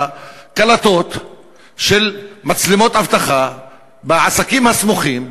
קלטות של מצלמות אבטחה מהעסקים הסמוכים,